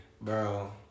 bro